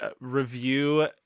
review